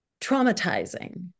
traumatizing